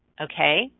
Okay